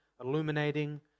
illuminating